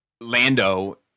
Lando